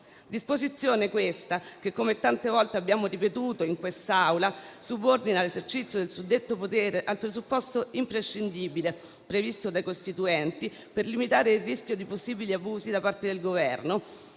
Disposizione, questa, che, come tante volte abbiamo ripetuto in quest'Aula, subordina l'esercizio del suddetto potere al presupposto imprescindibile, previsto dai Costituenti per limitare il rischio di possibili abusi da parte del Governo,